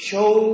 Show